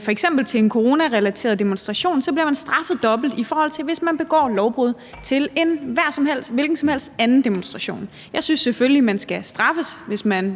f.eks. til en coronarelateret demonstration, bliver man straffet dobbelt, i forhold til hvis man begår lovbrud til en hvilken som helst anden demonstration. Jeg synes selvfølgelig, man skal straffes, hvis man